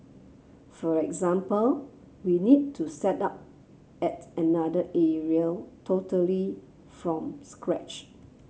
for example we need to set up at another area totally from scratch